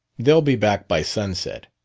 they'll be back by sunset.